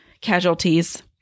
casualties